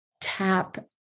tap